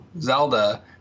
Zelda